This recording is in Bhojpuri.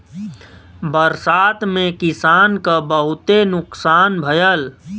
बरसात में किसान क बहुते नुकसान भयल